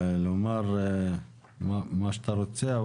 לומר מה שאתה רוצה.